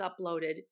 uploaded